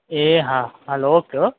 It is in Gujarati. એ હા ચાલો ઓકે હો